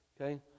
Okay